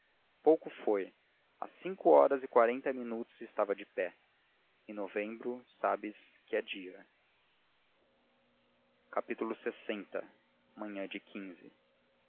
pouco foi às cinco horas e quarenta minutos estava de pé em novembro sabes que é dia lx manhã de quando